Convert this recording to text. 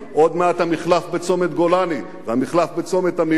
עוד מעט המחלף בצומת גולני והמחלף בצומת עמיעד.